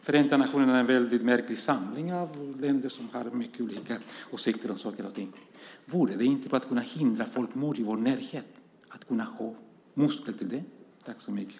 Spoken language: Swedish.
Förenta nationerna är en väldigt märklig samling av länder som har mycket olika åsikter om saker och ting. Vore det inte bra att ha muskler för att kunna hindra folkmord i vår närhet?